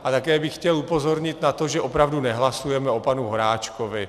A také bych chtěl upozornit na to, že opravdu nehlasujeme o panu Horáčkovi.